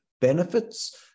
benefits